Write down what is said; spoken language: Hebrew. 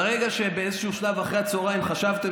ברגע שבאיזשהו שלב אחרי הצוהריים חשבתם